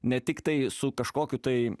ne tiktai su kažkokiu tai